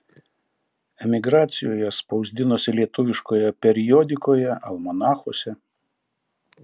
emigracijoje spausdinosi lietuviškoje periodikoje almanachuose